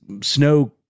snow